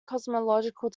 cosmological